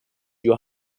your